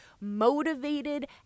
motivated